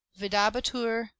vidabatur